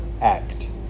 act